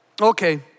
Okay